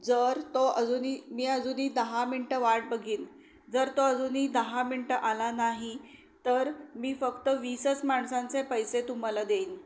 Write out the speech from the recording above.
जर तो अजूनी मी अजूनी दहा मिनटं वाट बघेन जर तो अजूनी दहा मिनटं आला नाही तर मी फक्त वीसच माणसांचे पैसे तुम्हाला देईन